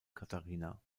katharina